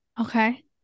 Okay